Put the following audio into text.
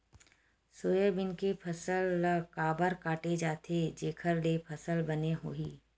Soybean के फसल ल काबर काटे जाथे जेखर ले फसल बने होही?